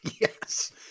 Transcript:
yes